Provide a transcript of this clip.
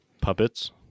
Puppets